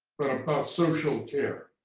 but about social care.